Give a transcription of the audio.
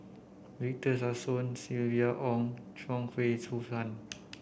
Victor Sassoon Silvia Yong Chuang Hui Tsuan